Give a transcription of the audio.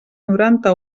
noranta